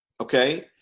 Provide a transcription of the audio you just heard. okay